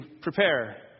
prepare